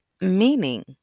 Meaning